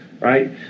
Right